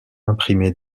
imprimées